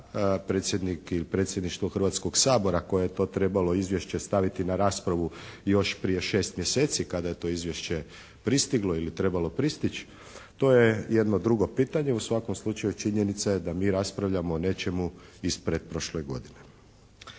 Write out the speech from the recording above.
predsjednik ili predsjedništvo Hrvatskog sabora koje je to izvješće trebalo staviti na raspravu još prije 6 mjeseci kad je to izvješće pristiglo ili trebalo pristići to je jedno drugo pitanje. U svakom slučaju činjenica je da mi raspravljamo o nečemu iz pretprošle godine.